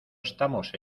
estamos